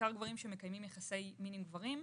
בעיקר גברים שמקיימים יחסי מין עם גברים.